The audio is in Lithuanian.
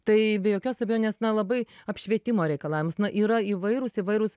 tai be jokios abejonės na labai apšvietimo reikalavimas na yra įvairūs įvairūs